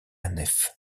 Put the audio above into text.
nef